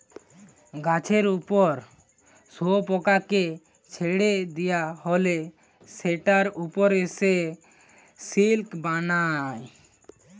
গাছের উপর শুয়োপোকাকে ছেড়ে দিয়া হলে সেটার উপর সে সিল্ক বানায়